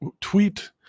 Tweet